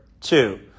two